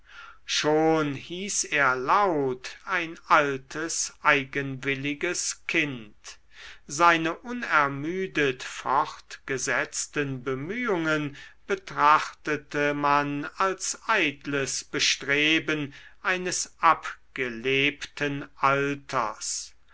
schon hieß er laut ein altes eigenwilliges kind seine unermüdet fortgesetzten bemühungen betrachtete man als eitles bestreben eines abgelebten alters